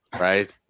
right